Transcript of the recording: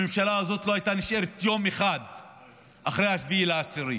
הממשלה הזאת לא הייתה נשארת יום אחד אחרי 7 באוקטובר.